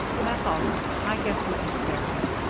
that's all right. i guess we can spare him.